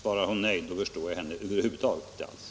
Svarar hon nej, förstår jag henne över huvud taget inte alls.